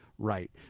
right